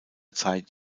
zeit